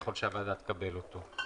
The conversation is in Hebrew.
ככל שהוועדה תקבל אותו.